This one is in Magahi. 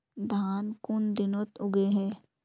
धान कुन दिनोत उगैहे